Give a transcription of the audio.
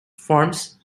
forms